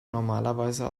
normalerweise